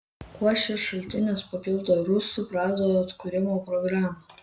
kuo šis šaltinis papildo rusų pradų atkūrimo programą